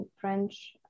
French